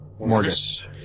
Morgus